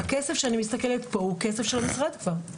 הכסף שאני מסתכלת פה, הוא כסף של המשרד כבר.